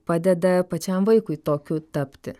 padeda pačiam vaikui tokiu tapti